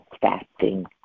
fasting